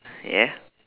ya